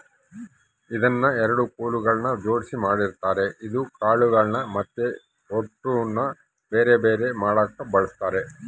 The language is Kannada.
ಇದನ್ನ ಎರಡು ಕೊಲುಗಳ್ನ ಜೊಡ್ಸಿ ಮಾಡಿರ್ತಾರ ಇದು ಕಾಳುಗಳ್ನ ಮತ್ತೆ ಹೊಟ್ಟುನ ಬೆರೆ ಬೆರೆ ಮಾಡಕ ಬಳಸ್ತಾರ